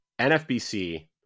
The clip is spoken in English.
NFBC